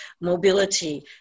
mobility